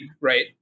right